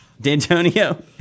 D'Antonio